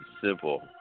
simple